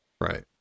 right